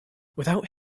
without